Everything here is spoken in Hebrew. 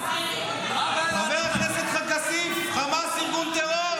חבר הכנסת כסיף, חמאס ארגון טרור?